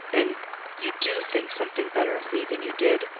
and you do think something better of me than you did?